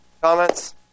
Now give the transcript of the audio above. Comments